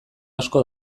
asko